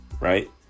right